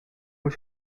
was